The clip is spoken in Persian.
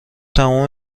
تموم